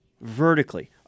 vertically